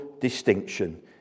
distinction